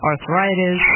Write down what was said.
arthritis